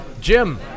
Jim